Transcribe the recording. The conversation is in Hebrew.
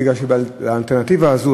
בגלל שלאלטרנטיבה הזאת,